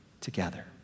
together